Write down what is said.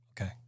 okay